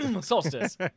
Solstice